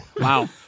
Wow